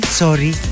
sorry